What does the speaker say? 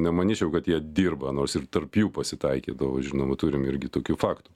nemanyčiau kad jie dirba nors ir tarp jų pasitaikydavo žinoma turim irgi tokių faktų